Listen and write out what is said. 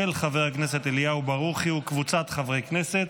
של חבר הכנסת אליהו ברוכי וקבוצת חברי הכנסת.